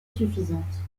suffisante